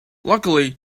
luckily